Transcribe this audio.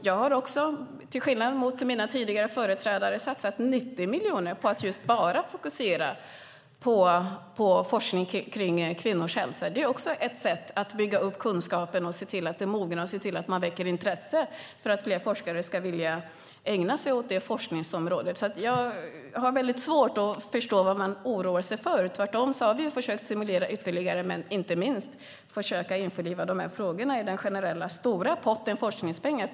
Jag har, till skillnad från mina företrädare, satsat 90 miljoner för att fokusera enbart på forskning om kvinnors hälsa. Det är också ett sätt att bygga upp kunskap och att se till att den mognar och att man väcker intresse för att fler forskare ska vilja ägna sig åt det forskningsområdet. Jag har svårt att se vad man oroar sig för. Vi har ju försökt stimulera ytterligare och införliva dessa frågor i den generella stora potten forskningspengar.